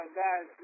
guys